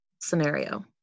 scenario